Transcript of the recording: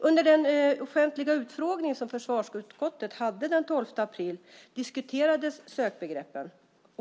Under den offentliga utfrågning som försvarsutskottet hade den 12 april diskuterades sökbegreppen.